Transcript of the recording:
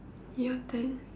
your turn